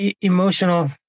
emotional